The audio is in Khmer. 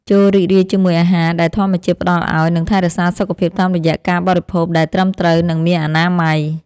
ចូររីករាយជាមួយអាហារដែលធម្មជាតិផ្ដល់ឱ្យ និងថែរក្សាសុខភាពតាមរយៈការបរិភោគដែលត្រឹមត្រូវ និងមានអនាម័យ។